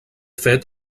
fet